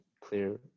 clear